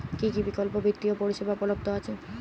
কী কী বিকল্প বিত্তীয় পরিষেবা উপলব্ধ আছে?